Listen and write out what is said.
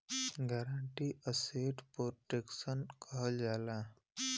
guarantee asset protection कहल जाला